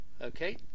okay